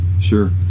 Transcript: Sure